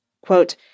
quote